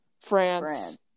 France